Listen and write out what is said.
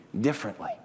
differently